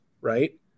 right